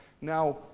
now